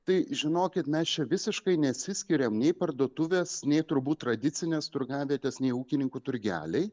tai žinokit mes čia visiškai nesiskiriam nei parduotuvės nei turbūt tradicines turgavietės nei ūkininkų turgeliai